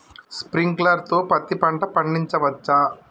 Sprinkler తో పత్తి పంట పండించవచ్చా?